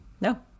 No